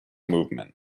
movement